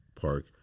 park